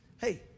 Hey